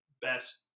best